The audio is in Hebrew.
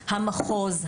המחוז,